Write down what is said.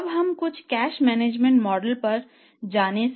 अब हम कुछ कैश मैनेजमेंट मॉडल है